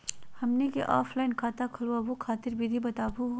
हमनी क ऑफलाइन खाता खोलहु खातिर विधि बताहु हो?